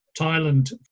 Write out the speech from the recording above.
Thailand